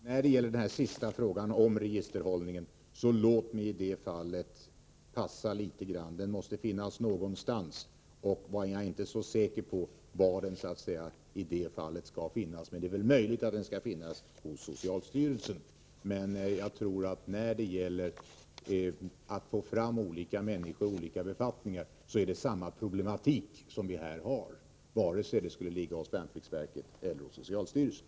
Herr talman! Låt mig när det gäller den sista frågan ”passa” litet. Registerhållningen måste finnas någonstans, men jag är inte säker på var den bör finnas. Det är möjligt att den bör finnas hos socialstyrelsen. Men när det gäller att få fram olika människor för olika befattningar är problematiken densamma vare sig registerhållningen ligger hos värnpliktsverket eller hos socialstyrelsen.